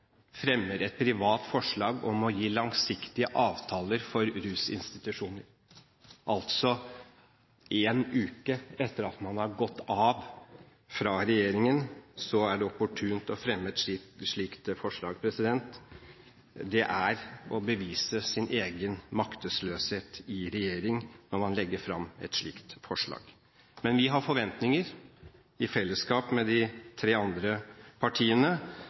fremmer et privat forslag om å gi langsiktige avtaler for rusinstitusjoner. En uke etter at man har gått av fra regjeringen, er det opportunt å fremme et slikt forslag. Det er å bevise sin egen maktesløshet i regjering når man legger fram et slikt forslag. Vi har forventninger, i fellesskap med de tre andre partiene,